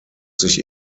sich